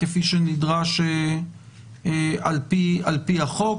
כפי שנדרש על פי החוק.